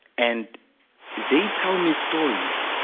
and the tell me stories